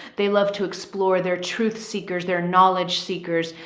they love to explore their truth seekers, their knowledge seekers.